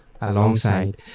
alongside